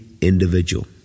individual